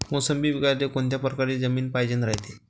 मोसंबी पिकासाठी कोनत्या परकारची जमीन पायजेन रायते?